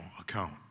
account